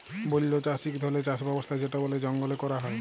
বল্য চাষ ইক ধরলের চাষ ব্যবস্থা যেট বলে জঙ্গলে ক্যরা হ্যয়